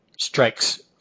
strikes